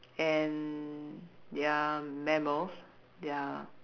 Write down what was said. and they're mammals they're